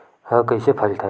ह कइसे फैलथे?